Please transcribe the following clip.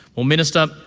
well, minister,